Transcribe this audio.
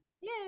Yay